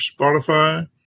Spotify